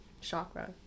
chakra